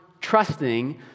trusting